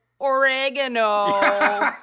oregano